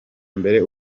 mbere